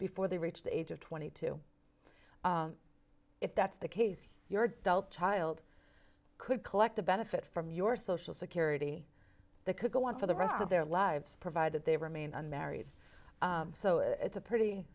before they reach the age of twenty two if that's the case your dull child could collect a benefit from your social security that could go on for the rest of their lives provided they remain unmarried so it's a pretty